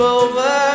over